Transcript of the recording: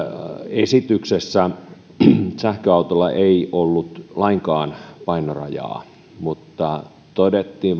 esityksessä sähköautolla ei ollut lainkaan painorajaa mutta valiokunnassa todettiin